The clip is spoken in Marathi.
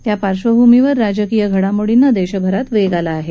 या पार्श्वभूमीवर राजकीय घडामोर्डींना देशभरात वेग आला आहे